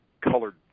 colored